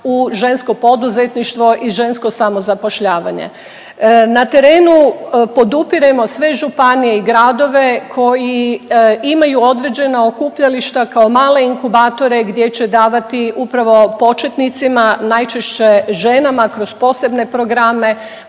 u žensko poduzetništvo i žensko samozapošljavanje. Na terenu podupiremo sve županije i gradove koji imaju određena okupljališta kao manje inkubatore gdje će davati upravo početnicima, najčešće ženama kroz posebne programe